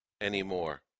anymore